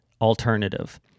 alternative